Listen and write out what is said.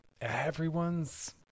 everyone's